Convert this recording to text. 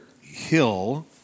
hill